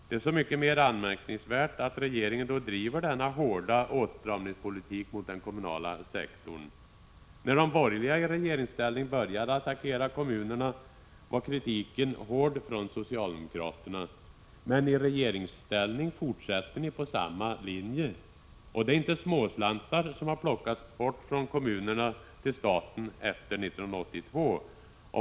Det är så mycket mer anmärkningsvärt att regeringen då driver denna hårda åtstramningspolitik mot den kommunala sektorn. När de borgerliga i regeringsställning började attackera kommunerna var kritiken hård från socialdemokraterna. Men i regeringsställning fortsätter ni på samma linje. Det är inte småslantar som plockats från kommunerna till staten efter 1982.